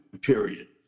period